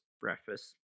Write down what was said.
Breakfast